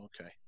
Okay